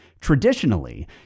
Traditionally